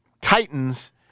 Titans